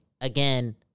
again